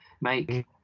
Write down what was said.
make